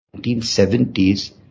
1970s